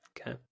Okay